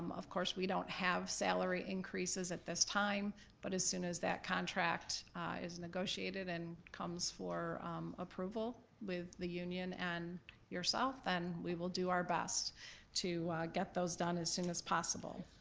um of course, we don't have salary increases at this time but as soon as that contract is negotiated and comes for approval with the union and yourself then we will do our best to get those done as soon as possible.